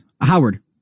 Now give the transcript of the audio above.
Howard